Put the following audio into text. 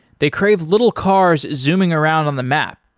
they crave little cars zooming around on the map.